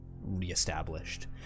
reestablished